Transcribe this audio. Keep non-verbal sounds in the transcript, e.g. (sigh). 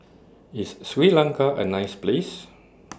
IS Sri Lanka A nice Place (noise)